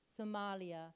Somalia